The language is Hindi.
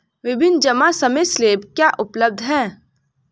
विभिन्न जमा समय स्लैब क्या उपलब्ध हैं?